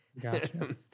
Gotcha